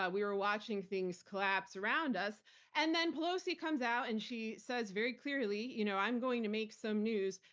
ah we were watching things collapse around us and then pelosi comes out and she says, very clearly, you know i'm going to make some news.